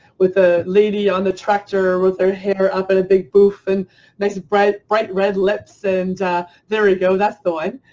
with a lady on the tractor with her hair up in a big pouf and nice and bright bright red lips and there we go, that's the one.